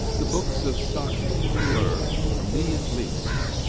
the books of saki were, for me at least,